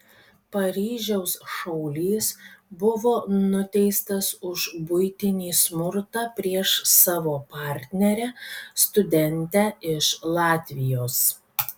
paryžiaus šaulys buvo nuteistas už buitinį smurtą prieš savo partnerę studentę iš latvijos